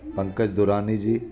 Pankaj Daurani जी